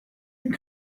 and